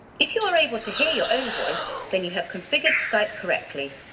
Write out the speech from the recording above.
if you are able to hear your own voice, then you have configured skype correctly.